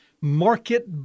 market